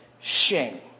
shame